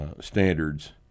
standards